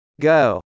Go